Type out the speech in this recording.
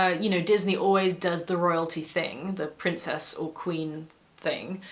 ah you know, disney always does the royalty thing the princess or queen thing,